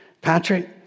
patrick